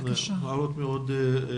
הערות מאוד חשובות.